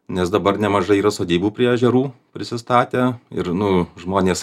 nes dabar nemažai yra sodybų prie ežerų prisistatę ir nu žmonės